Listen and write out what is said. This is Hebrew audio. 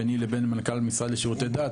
ביני לבין מנכ"ל המשרד לשירותי דת,